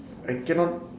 I cannot